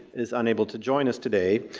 is unable to join us today.